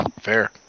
Fair